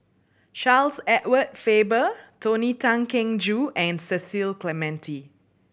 Charles Edward Faber Tony Tan Keng Joo and Cecil Clementi